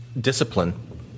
discipline